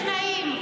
-- טכנאים.